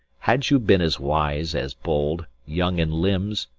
had you been as wise as bold, young in limbs,